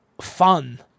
fun